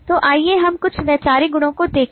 तो आइए हम कुछ वैचारिक गुणों को देखें